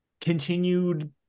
continued